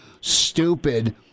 stupid